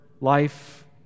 life